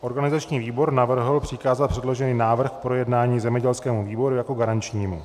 Organizační výbor navrhl přikázat předložený návrh k projednání zemědělskému výboru jako garančnímu.